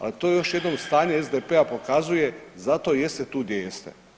Al to još jednom stanje SDP-a pokazuje zato i jeste tu gdje jeste.